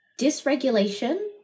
dysregulation